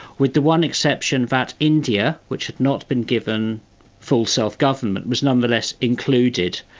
with the one exception that india, which had not been given full self-government, was nonetheless included.